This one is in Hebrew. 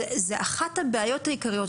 זה אחת הבעיות העיקריות,